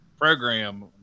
program